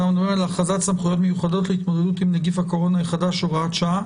הצעת הכרזת סמכויות מיוחדות להתמודדות עם נגיף הקורונה החדש (הוראת שעה)